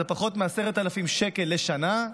זה פחות מ-10,000 שקל לשנה,